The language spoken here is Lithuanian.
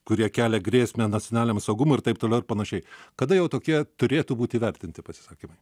kurie kelia grėsmę nacionaliniam saugumui ir taip toliau ir panašiai kada jau tokie turėtų būt įvertinti pasisakymai